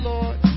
Lord